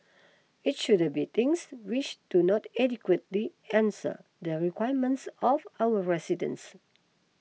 it shouldn't be things which do not adequately answer the requirements of our residents